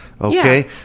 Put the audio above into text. Okay